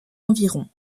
environ